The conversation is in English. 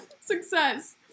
success